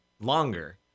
longer